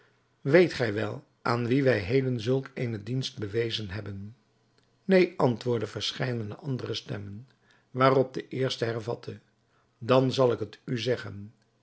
weet gij wel aan wien wij heden zulk eene dienst bewezen hebben neen antwoordden verscheidene andere stemmen waarop de eerste hervatte dan zal ik het u zeggen